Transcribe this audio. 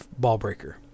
Ballbreaker